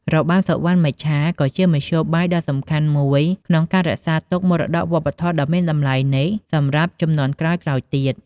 របាំសុវណ្ណមច្ឆាក៏ជាមធ្យោបាយដ៏សំខាន់មួយក្នុងការរក្សាទុកមរតកវប្បធម៌ដ៏មានតម្លៃនេះសម្រាប់ជំនាន់ក្រោយៗទៀត។